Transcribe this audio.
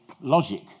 logic